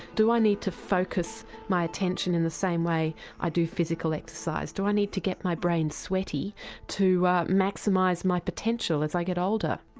do i need to focus my attention in the same way i do physical exercise, do i need to get my brain sweaty to maximise my potential as i get older.